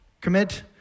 commit